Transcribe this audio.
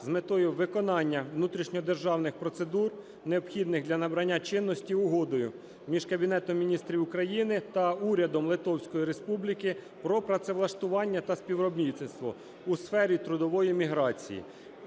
з метою виконання внутрішньодержавних процедур, необхідних для набрання чинності Угодою між Кабінетом Міністрів України та Урядом Литовської Республіки про працевлаштування та співробітництво у сфері трудової міграції,